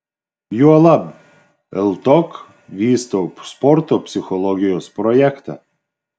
juolab ltok vysto sporto psichologijos projektą